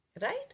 Right